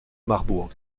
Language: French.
marbourg